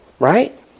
Right